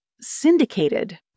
syndicated